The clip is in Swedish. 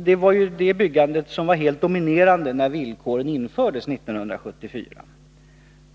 Det var ju detta byggande som var helt dominerande när villkoren infördes 1974.